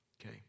Okay